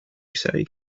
say